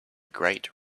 great